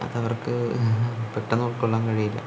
അതവർക്ക് പെട്ടെന്ന് ഉൾക്കൊള്ളാൻ കഴിയില്ല